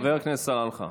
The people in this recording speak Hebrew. חבר הכנסת סלאלחה.